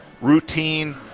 routine